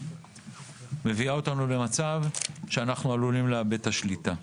מביאה אותנו למצב שאנחנו עלולים לאבד את השליטה.